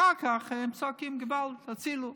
אחר כך הם צועקים געוואלד, הצילו.